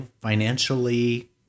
financially